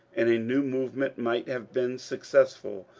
and a new movement might have been successful.